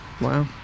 wow